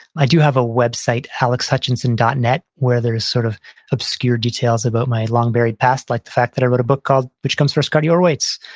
i do have a website, alexhutchinson dot net where there's sort of obscured details about my long buried past, like the fact that i wrote a book called, which comes first, cardio or weights?